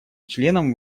членам